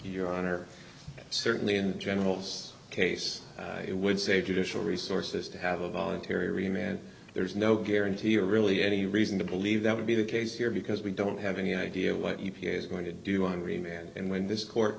your honor certainly in the general's case it would save judicial resources to have a voluntary man there's no guarantee or really any reason to believe that would be the case here because we don't have any idea what u p a is going to do and remain and when this court